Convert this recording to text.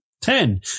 Ten